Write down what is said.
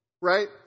right